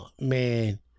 Man